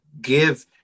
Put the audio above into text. give